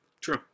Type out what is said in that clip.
true